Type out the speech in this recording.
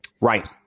right